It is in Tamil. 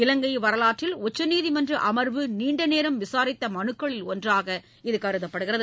இலங்கை வரலாற்றில் உச்சநீதிமன்ற அமர்வு நீண்டநேரம் விசாரித்த மனுக்களில் ஒன்றாக இது கருதப்படுகிறது